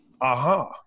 aha